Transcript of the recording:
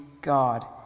God